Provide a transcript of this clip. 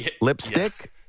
lipstick